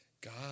God